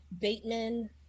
bateman